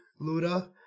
Luda